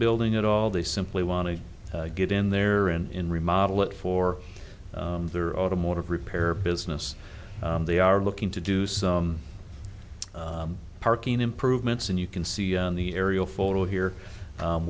building at all they simply want to get in there or in remodel it for their automotive repair business they are looking to do some parking improvements and you can see on the aerial photo here